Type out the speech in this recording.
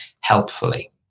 helpfully